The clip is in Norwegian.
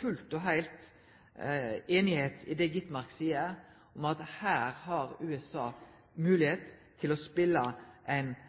fullt og heilt einig i det Gitmark seier, at her har USA moglegheit til å